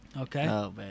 Okay